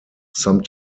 some